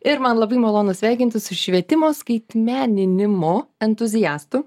ir man labai malonu sveikintis su švietimo skaitmeninimo entuziastu